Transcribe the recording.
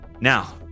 now